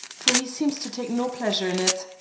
for he seems to take no pleasure in it.